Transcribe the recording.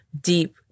deep